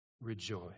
Rejoice